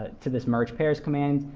to this mergepairs command,